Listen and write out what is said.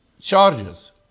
charges